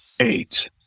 Eight